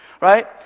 right